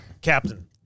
Captain